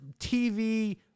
tv